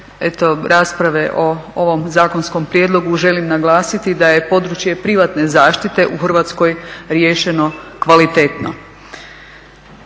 rasprave o ovom zakonskom prijedlogu želim naglasiti da je područje privatne zaštite u Hrvatskoj riješeno kvalitetno.